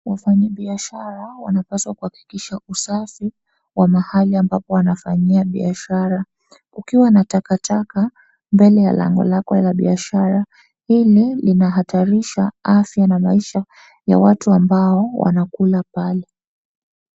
Wafanyi biashara wanapaswa kuhakikisha wa usafi wa mahali ambapo wanafanyia biashara. Kukiwa na takataka mbele ya lango lako la biashara, hii ni inahatarisha afya na maisha ya watu ambao wanakula pale.